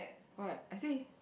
what I say